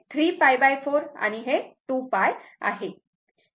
तसेच हे 3π 4 आणि हे 2 π आहे